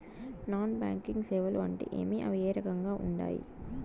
non banking సేవలు అంటే ఏమి అవి ఏ రకంగా ఉండాయి